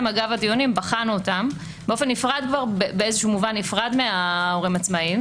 אגב הדיונים בחנו אותן כבר באיזשהו מובן באופן נפרד מההורים העצמאיים.